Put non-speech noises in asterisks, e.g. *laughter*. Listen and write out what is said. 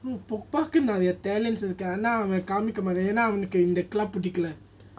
*laughs* இருக்குஆனாஅவன்காமிக்கமாட்டான்எனாஅவனுக்குஇங்கஇருக்கபிடிக்கல:iruku ana avan kamikamatan yena avanuku inga iruka pidikala